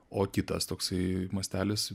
o kitas toksai mastelis